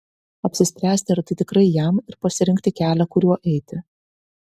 apsispręsti ar tai tikrai jam ir pasirinkti kelią kuriuo eiti